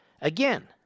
Again